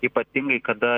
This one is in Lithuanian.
ypatingai kada